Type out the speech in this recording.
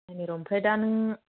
नायनि र' ओमफ्राय दा नों